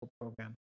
program